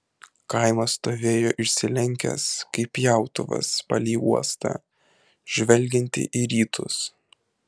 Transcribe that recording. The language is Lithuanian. kaimas stovėjo išsilenkęs kaip pjautuvas palei uostą žvelgiantį į rytus